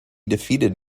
defeated